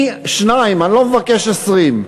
שניים, אני לא מבקש 20,